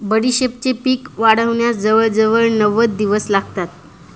बडीशेपेचे पीक वाढण्यास जवळजवळ नव्वद दिवस लागतात